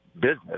business